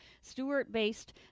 Stewart-based